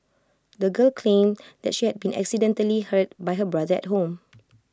the girl claimed that she had been accidentally hurt by her brother at home